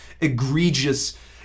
egregious